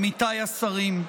עמיתיי השרים,